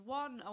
one